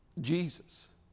Jesus